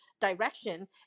direction